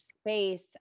space